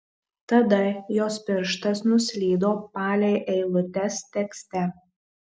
tada jos pirštas nuslydo palei eilutes tekste